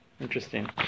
Interesting